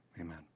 amen